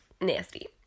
nasty